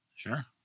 Sure